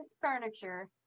furniture